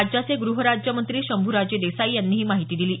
राज्याचे गृह राज्यमंत्री शंभुराजे देसाई यांनी ही माहिती दिली आहे